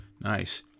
Nice